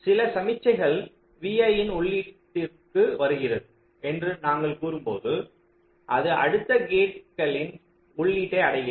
சில சமிக்ஞைகள் vi ன் உள்ளீட்டிற்குக்கு வருகிறது என்று நாங்கள் கூறும்போது அது அடுத்த கேட் களின் உள்ளீட்டை அடைகிறது